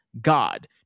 God